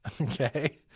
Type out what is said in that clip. Okay